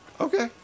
Okay